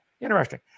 interesting